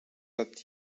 att